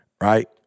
Right